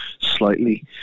slightly